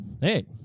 Hey